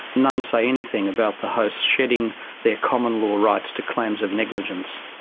none say anything about the hosts shedding their common-law rights to claims of negligence.